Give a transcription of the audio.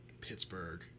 Pittsburgh